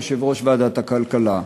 יושב-ראש ועדת הכלכלה,